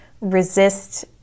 resist